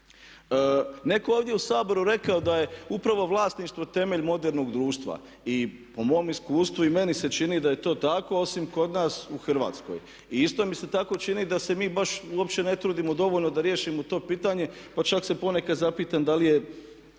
je ovdje u Saboru rekao da je upravo vlasništvo temelj modernog društva i po mom iskustvu i meni se čini da je to tako osim kod nas u Hrvatskoj. I isto mi se tako čini da se mi baš uopće ne trudimo dovoljno da riješimo to pitanje pa čak se ponekad zapitam da li je